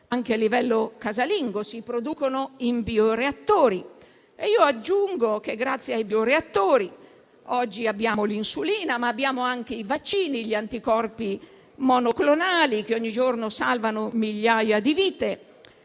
anche a livello casalingo, si producono in bioreattori. Aggiungo che, grazie ai bioreattori, oggi abbiamo l'insulina, ma anche i vaccini e gli anticorpi monoclonali che ogni giorno salvano migliaia di vite.